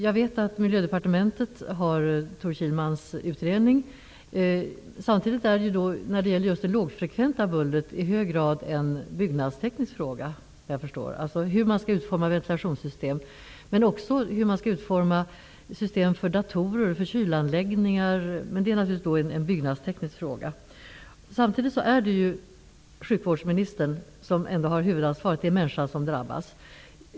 Jag vet att Miljödepartementet har Tor Kihlmans utredning. Det lågfrekventa bullret är i hög grad en byggnadsteknisk fråga, dvs. hur ventilationssystem men också system för datorer och kylanläggningar skall utformas. Samtidigt är det sjukvårdsministern som ändå har huvudansvaret, eftersom det är människan som drabbas.